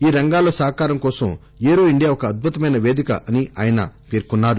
ఈ రంగాల్లో సహకారం కోసం ఏరో ఇండియా ఒక అద్భుతమైన పేదిక అని ఆయన పేర్కొన్నారు